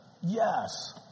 Yes